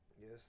Yes